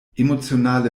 emotionale